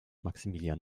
maximilian